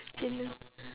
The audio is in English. chendol